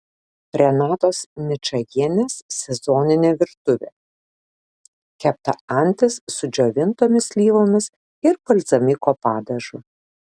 renatos ničajienės sezoninė virtuvė kepta antis su džiovintomis slyvomis ir balzamiko padažu